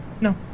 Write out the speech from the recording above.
No